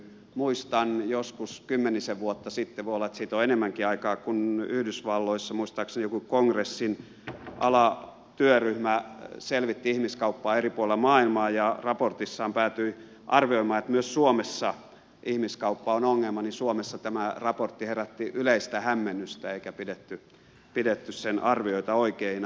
muistan että kun joskus kymmenisen vuotta sitten voi olla että siitä on enemmänkin aikaa yhdysvalloissa muistaakseni joku kongressin alatyöryhmä selvitti ihmiskauppaa eri puolilla maailmaa ja raportissaan päätyi arvioimaan että myös suomessa ihmiskauppa on ongelma niin suomessa tämä raportti herätti yleistä hämmennystä eikä sen arvioita pidetty oikeina